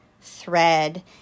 thread